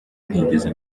ntigeze